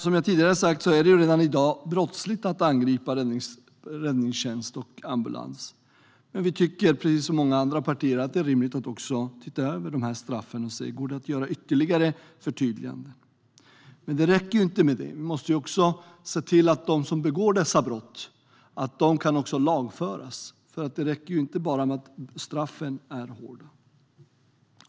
Som jag tidigare har sagt är det redan i dag brottsligt att angripa räddningstjänst och ambulans. Men vi tycker, precis som många andra partier, att det är rimligt att också se över straffen och se om det går att göra ytterligare förtydliganden. Men det räcker inte med det. Vi måste också se till att de som begår dessa brott kan lagföras. Det räcker inte bara att straffen är hårda. Herr talman!